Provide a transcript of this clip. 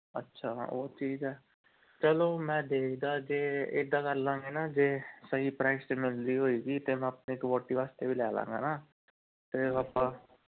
ਅੱਛਾ ਉਹ ਚੀਜ਼ ਹੈ ਚਲੋ ਮੈਂ ਦੇਖਦਾ ਜੇ ਇੱਦਾਂ ਕਰ ਲਵਾਂਗੇ ਨਾ ਜੇ ਸਹੀ ਪ੍ਰਾਈਸ 'ਚ ਮਿਲਦੀ ਹੋਵੇਗੀ ਤਾਂ ਮੈਂ ਆਪਣੀ ਇੱਕ ਵਹੁਟੀ ਵਾਸਤੇ ਵੀ ਲੈ ਲਵਾਂਗਾ ਨਾ ਅਤੇ ਆਪਾਂ